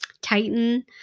Titan